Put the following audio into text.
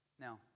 Now